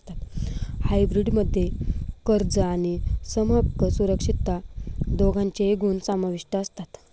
hybrid मध्ये कर्ज आणि समहक्क सुरक्षितता दोघांचेही गुण समाविष्ट असतात